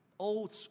old